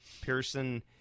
Pearson